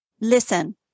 listen